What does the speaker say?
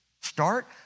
Start